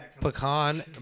pecan